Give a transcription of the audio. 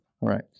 right